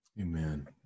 Amen